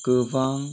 गोबां